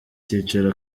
cyiciro